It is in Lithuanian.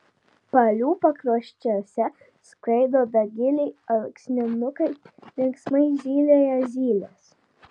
palių pakraščiuose skraido dagiliai alksninukai linksmai zylioja zylės